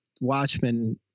Watchmen